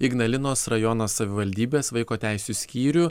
ignalinos rajono savivaldybės vaiko teisių skyrių